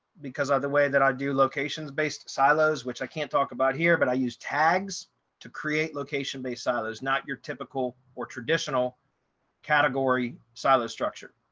because of the way that i do locations based silos, which i can't talk about here. but i use tags to create location based silos, not your typical or traditional category, silo structure,